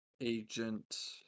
agent